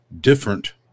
different